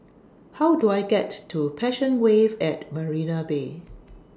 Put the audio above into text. How Do I get to Passion Wave At Marina Bay